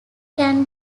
can